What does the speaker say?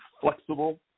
flexible